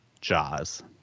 jaws